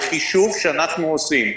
בחישוב שאנחנו עושים,